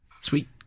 Sweet